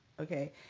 Okay